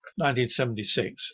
1976